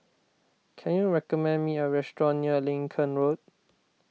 can you recommend me a restaurant near Lincoln Road